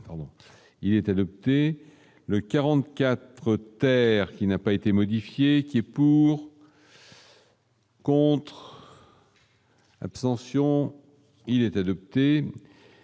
il est adopté le 44 terre qui n'a pas été modifiée qui est pour. Abstentions : il est adopté